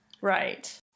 Right